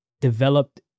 developed